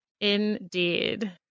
Indeed